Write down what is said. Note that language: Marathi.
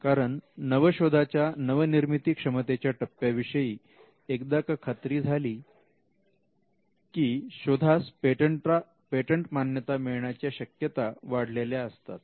कारण नवशोधाच्या नवनिर्मिती क्षमतेच्या टप्या विषयी एकदा का खात्री झाली शोधास पेटंट मान्यता मिळण्याच्या शक्यता वाढलेल्या असतात